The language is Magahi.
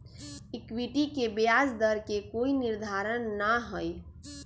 इक्विटी के ब्याज दर के कोई निर्धारण ना हई